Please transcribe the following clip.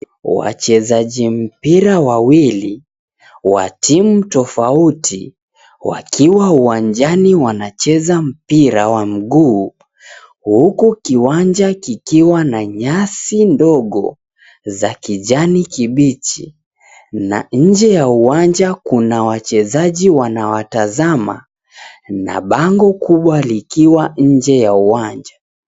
Wachezaji mpira wa wawili wa timu tofauti ,wakiwa uwanjani wanacheza mpira wa miguu huku kiwanja kikiwa na nyasi ndogo za kijani kibichi, na nje ya uwanja kuna wachezaji wanawatazama na bango kubwa likiwa nje ya uwanja.